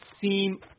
seem